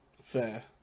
fair